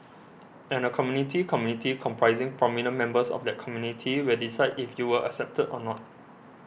and a Community Committee comprising prominent members of that community will decide if you were accepted or not